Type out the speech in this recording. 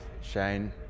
shane